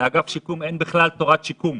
לאגף שיקום אין בכלל תורת שיקום.